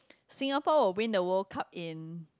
Singapore will win the World Cup in